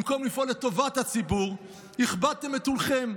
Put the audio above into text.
במקום לפעול לטובת הציבור הכבדתם את עולכם,